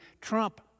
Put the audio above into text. Trump